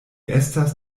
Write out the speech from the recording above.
estas